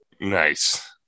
Nice